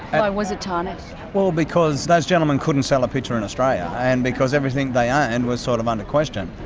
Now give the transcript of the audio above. why was it tarnished? well because. those gentlemen couldn't sell a picture in australia. and because everything they own ah and was sort of under question.